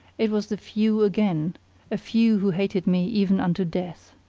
it was the few again a few who hated me even unto death.